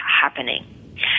happening